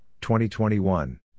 2021